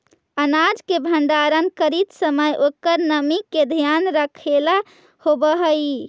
अनाज के भण्डारण करीत समय ओकर नमी के ध्यान रखेला होवऽ हई